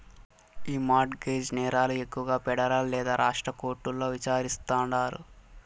ఈ mortgage నేరాలు ఎక్కువగా పెడరల్ లేదా రాష్ట్ర కోర్టుల్ల విచారిస్తాండారు